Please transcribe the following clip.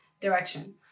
direction